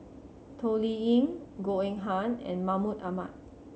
Toh Liying Goh Eng Han and Mahmud Ahmad